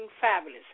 fabulous